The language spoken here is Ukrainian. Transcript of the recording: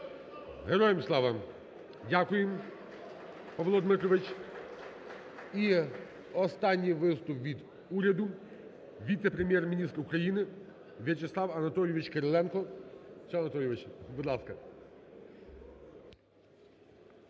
Героям слава. Дякую, Павло Дмитрович. І останній виступ від уряду, віце-прем’єр-міністр України В'ячеслав Анатолійович Кириленко. В'ячеслав Анатолійович, будь ласка.